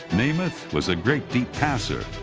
namath was a great deep passer.